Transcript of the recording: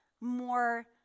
more